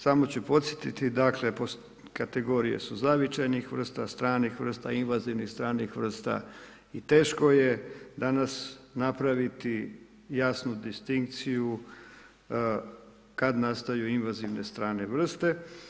Samo ću podsjetiti, dakle kategorije su zavičajnih vrsta, stranih vrsta, invazivnih stranih vrsta i teško je danas napraviti jasnu distinkciju kad nastaju invazivne strane vrste.